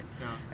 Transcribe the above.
ya